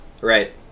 right